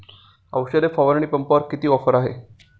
औषध फवारणी पंपावर किती ऑफर आहे?